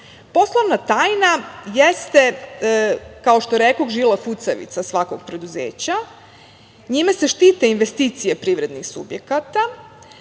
tajna jeste, kao što rekoh, žila kucavica svakog preduzeća. Njime se štite investicije privrednih subjekata,